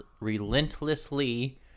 relentlessly